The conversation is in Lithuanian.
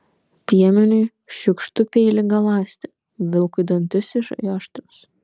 piemeniui šiukštu peilį galąsti vilkui dantis išaštrins